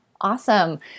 Awesome